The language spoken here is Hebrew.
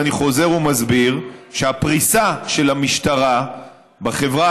ואני חוזר ומסביר שהפריסה של המשטרה בחברה